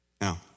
Now